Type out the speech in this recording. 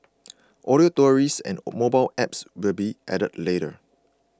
audio tours and mobile apps will be added later